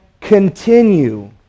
continue